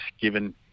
given